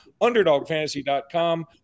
UnderdogFantasy.com